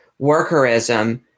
workerism